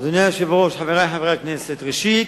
אדוני היושב-ראש, חברי חברי הכנסת, ראשית,